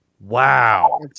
Wow